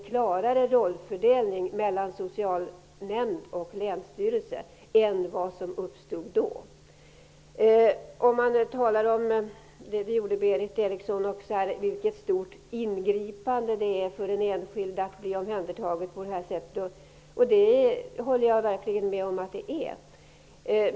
Då var rollfördelningen mellan socialnämnd och länsstyrelse klarare än den som sedan uppstod. Berith Eriksson talade om vilket stort ingripande det är för den enskilde att bli omhändertagen på detta sätt. Det håller jag verkligen med om.